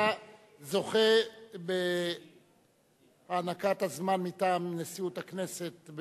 אתה זוכה בהענקת הזמן מטעם נשיאות הכנסת,